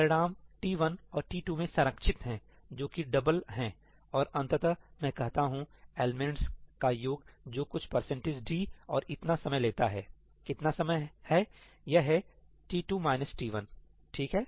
परिणाम t1 और t2 में संरक्षित हैं जो कि डबल हैं और अंततः मैं कहता हूं एलिमेंट्स का योग जो कुछ परसेंटेज डी और इतना समय लेता है कितना समय है यह है t2 t1 ठीक है